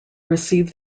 receive